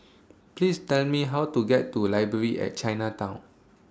Please Tell Me How to get to Library At Chinatown